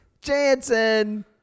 Jansen